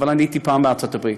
אבל אני הייתי פעם בארצות הברית.